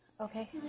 Okay